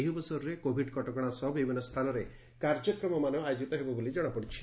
ଏହି ଅବସରରେ କୋଭିଡ କଟକଶା ସହ ବିଭିନ୍ତ ସ୍ରାନରେ କାର୍ଯ୍ୟକ୍ରମମାନ ଆୟୋକିତ ହେବ ବୋଲି ଜଣାପଡ଼ିଛି